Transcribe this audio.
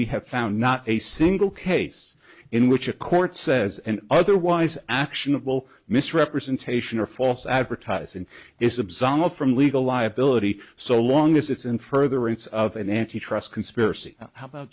we have found not a single case in which a court says an otherwise actionable misrepresentation or false advertising is absolved from legal liability so long as it's in furtherance of an antitrust conspiracy how about